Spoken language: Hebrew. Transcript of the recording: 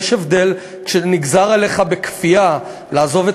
יש הבדל בין כשנגזר עליך בכפייה לעזוב את